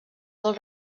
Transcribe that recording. del